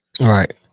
Right